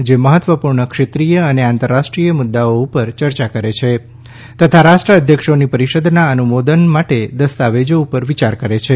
જે મહત્વપૂર્ણ ક્ષેત્રીય અને આંતરરાષ્ટ્રીય મુદ્દાઓ ઉપર ચર્ચા કરે છે તથા રાષ્ટ્રઅધ્યક્ષોની પરિષદના અનુમોદન માટે દસ્તાવેજો ઉપર વિયાર કરે છે